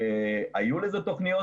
היו לזה כבר תכניות,